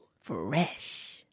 Fresh